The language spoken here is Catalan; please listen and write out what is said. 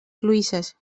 cloïsses